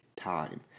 time